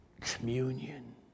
communion